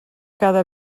cada